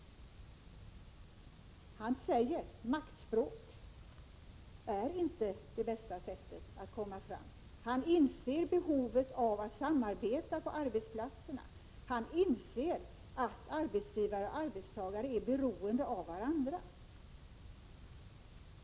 Han säger: Maktspråk är inte det bästa sättet att komma fram. Göran Johansson inser behovet av att samarbeta på arbetsplatserna. Han inser att arbetsgivare och arbetstagare är beroende av varandra.